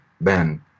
Ben